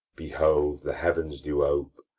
behold, the heavens do ope,